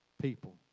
people